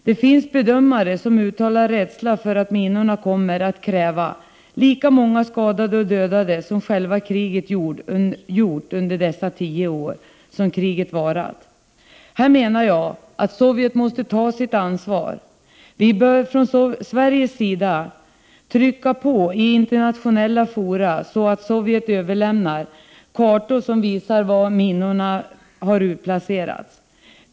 Det finns bedömare som uttalar rädsla för att minorna kommer att kräva lika många skadade och dödade som själva kriget gjort under dessa tio år som kriget varat. Här måste Sovjet ta sitt ansvar. Sverige bör trycka på i internationella fora, så att Sovjet överlämnar kartor som visar var minorna har utplacerats.